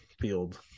field